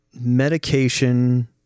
Medication